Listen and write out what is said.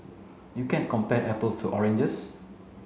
you can't compare apples to oranges